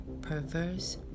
perverse